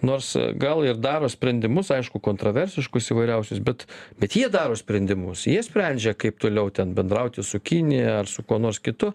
nors gal ir daro sprendimus aišku kontroversiškus įvairiausius bet bet jie daro sprendimus jie sprendžia kaip toliau ten bendrauti su kinija ar su kuo nors kitu